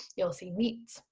you'll see meats,